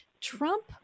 Trump